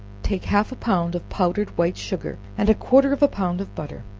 take half a pound of powdered white sugar, and quarter of a pound of butter,